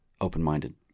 open-minded